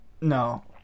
no